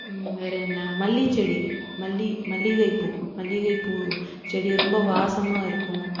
வேறு என்ன மல்லிகைச்செடி மல்லிகை மல்லிகைப்பூ மல்லிகைப்பூ செடி ரொம்ப வாசமாக இருக்கும்